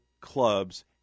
Club's